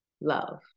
love